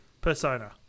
Persona